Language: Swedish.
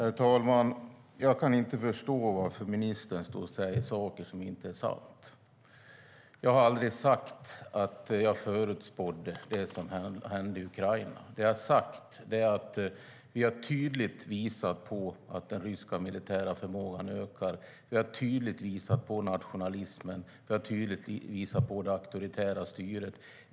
Herr talman! Jag kan inte förstå varför ministern står och säger saker som inte är sanna. Jag har aldrig sagt att jag förutspådde det som händer i Ukraina; det jag har sagt är att vi tydligt har visat att den ryska militära förmågan ökar. Vi har tydligt visat nationalismen och det auktoritära styret.